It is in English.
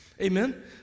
Amen